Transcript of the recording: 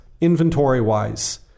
inventory-wise